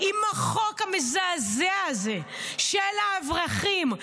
עם החוק המזעזע הזה של האברכים,